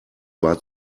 war